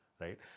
right